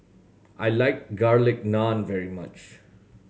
I like Garlic Naan very much